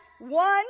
one